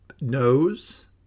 knows